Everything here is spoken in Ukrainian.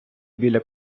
біля